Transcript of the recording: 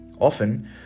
Often